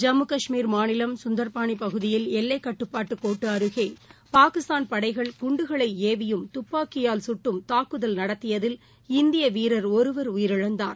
ஜம்மு கஷ்மீர் மாநிலம் சுந்தர்பாளிபகுதியில் எல்லைக் கட்டுபாட்டுகோட்டுஅருகேபாகிஸ்தான் படைகள் குண்டுகளைஏவியும் துப்பாக்கியால் சுட்டும் தாக்குதல் நடத்தியதில் இந்தியவீரர் ஒருவர் உயிரிழந்தார்